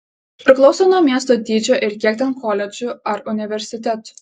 priklauso nuo miesto dydžio ir kiek ten koledžų ar universitetų